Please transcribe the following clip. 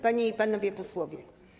Panie i Panowie Posłowie!